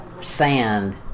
sand